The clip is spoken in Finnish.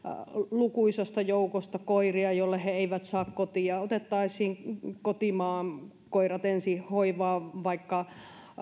lukuisasta joukosta koiria joille he eivät saa kotia ja otettaisiin kotimaan koirat ensin hoivaan vaikka